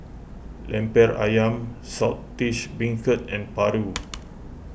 Lemper Ayam Saltish Beancurd and Paru